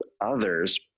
Others